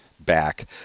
Back